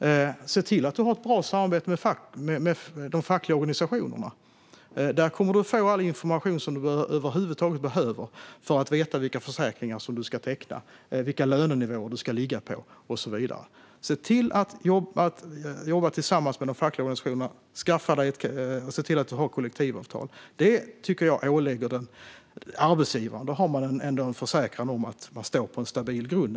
Se också till att ha ett bra samarbete med de fackliga organisationerna. Då får man all information man behöver om vilka försäkringar som ska tecknas, vilka lönenivåer som gäller och så vidare. Detta åligger arbetsgivaren och ger en försäkran om att man står på en stabil grund.